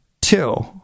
two